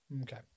Okay